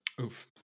Oof